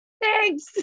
thanks